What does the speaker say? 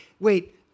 wait